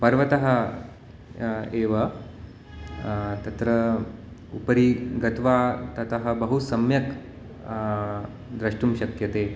पर्वतः एव तत्र उपरि गत्वा ततः बहु सम्यक् द्रष्टुं शक्यते